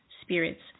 spirits